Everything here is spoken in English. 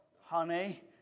honey